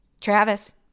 Travis